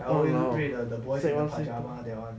!walao! sec one sec two